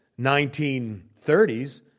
1930s